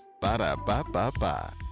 Ba-da-ba-ba-ba